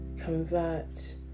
convert